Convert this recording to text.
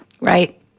Right